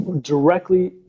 directly